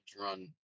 run